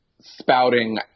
spouting